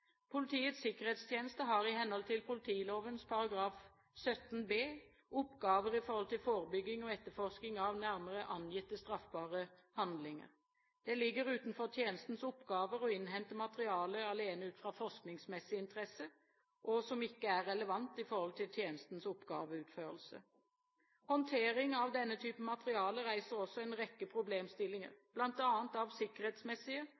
Politiets sikkerhetstjeneste. Politiets sikkerhetstjeneste har i henhold til politiloven § 17 b oppgaver i forhold til forebygging og etterforsking av nærmere angitte straffbare handlinger. Det ligger utenfor tjenestens oppgaver å innhente materiale alene ut fra forskningsmessig interesse og som ikke er relevant til tjenestens oppgaveutførelse. Håndtering av denne typen materiale reiser også en rekke problemstillinger bl.a. av sikkerhetsmessige